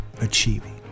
achieving